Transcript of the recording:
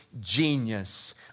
genius